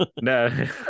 No